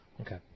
Okay